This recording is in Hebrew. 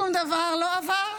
שום דבר לא עבר,